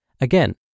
Again